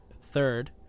Third